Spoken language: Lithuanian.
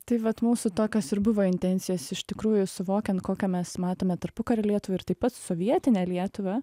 tai vat mūsų tokios ir buvo intencijos iš tikrųjų suvokiant kokią mes matome tarpukario lietuvą ir taip pat sovietinę lietuvą